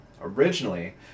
Originally